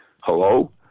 Hello